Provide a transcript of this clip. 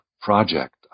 project